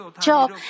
Job